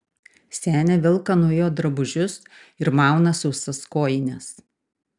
senė velka nuo jo drabužius ir mauna sausas kojines